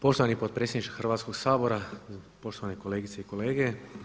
Poštovani potpredsjedniče Hrvatskog sabora, poštovane kolegice i kolege.